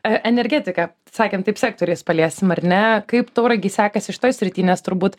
e energetika sakėm taip sektoriais paliesim ar ne kaip tauragei sekasi šitoj srity nes turbūt